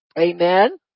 Amen